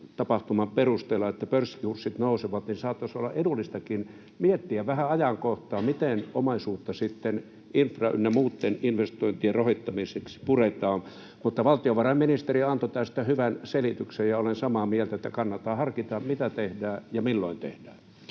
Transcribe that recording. tapahtuman perusteella, että pörssikurssit nousevat, niin saattaisi olla edullistakin miettiä vähän ajankohtaa, miten omaisuutta sitten infra‑ ynnä muitten investointien rahoittamiseksi puretaan. Valtiovarainministeri antoi tästä hyvän selityksen, ja olen samaa mieltä, että kannattaa harkita, mitä tehdään ja milloin tehdään.